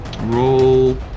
Roll